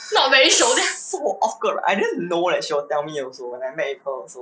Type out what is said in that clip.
so awkward right I didn't know she will tell me also when I met her also